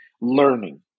learning